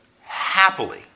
happily